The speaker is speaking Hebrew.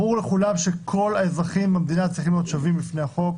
ברור לכולם שכל האזרחים במדינה צריכים להיות שווים בפני החוק.